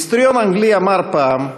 היסטוריון אנגלי אמר פעם,